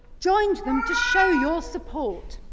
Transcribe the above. joined them to show your support.